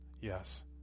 Yes